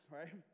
right